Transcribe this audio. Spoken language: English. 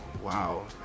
wow